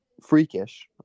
freakish